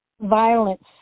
violence